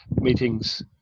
meetings